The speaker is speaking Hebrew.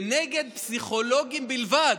ונגד פסיכולוגים בלבד,